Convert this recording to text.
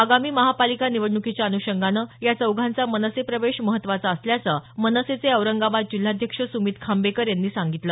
आगामी महापालिका निवडणुकीच्या अनुषंगानं या चौघांचा मनसे प्रवेश महत्वाचा असल्याचं मनसेचे औरंगाबाद जिल्हाध्यक्ष सुमीत खांबेकर यांनी सांगितलं